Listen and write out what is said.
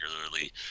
regularly